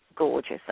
gorgeous